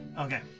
Okay